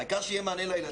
העיקר שיהיה מענה לילדים.